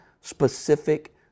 specific